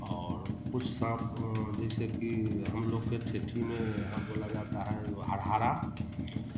और कुछ साँप जैसे कि हम लोग के ठेठी में यहाँ बोला जाता है हरहरा